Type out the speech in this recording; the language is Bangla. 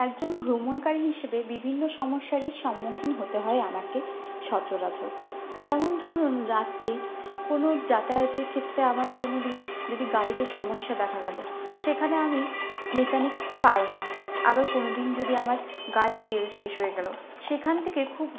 একজন ভ্রমণকারী হিসেবে বিভিন্ন সমস্যারই সম্মুখীন হতে হয় আমাকে সচরাচর যেমন ধরুন রাতে কোনো যাতায়াতের ক্ষেত্রে আমার কোনো দিন যদি গাড়িতে সমস্যা দেখা গেল সেখানে আমি মেকানিক পাই না আবার কোনো দিন যদি আমার গাড়ির তেল শেষ হয়ে গেল সেখান থেকে খুব